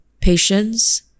patience